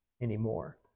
anymore